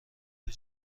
توی